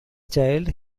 child